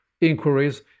inquiries